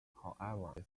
however